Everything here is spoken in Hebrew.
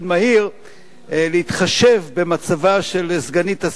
להתחשב במצבה של סגנית השר גילה גמליאל,